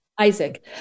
Isaac